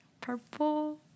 purple